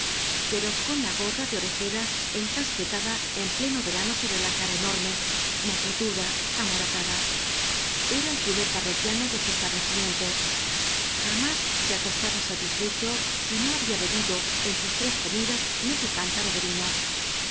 pero con la gorra de orejeras encasquetada en pleno verano sobre la cara enorme mofletuda amoratada era el primfer parroquiano de su establecimiento ja más se acostaba satisfecho si no había bebido en sus tres comidas medio cántaro de vino